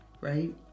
right